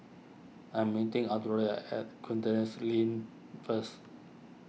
I'm meeting at Kandis Lane first